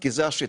כי זו השיטה.